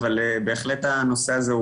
אבל בהחלט הנושא הזה,